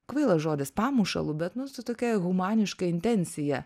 kvailas žodis pamušalu bet nu su tokia humaniška intencija